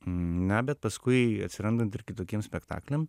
na bet paskui atsirandant ir kitokiems spektakliam